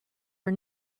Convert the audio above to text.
are